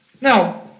Now